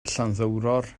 llanddowror